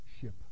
ship